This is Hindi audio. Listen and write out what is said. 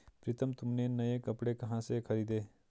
प्रितम तुमने नए कपड़े कहां से खरीदें?